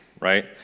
right